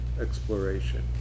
exploration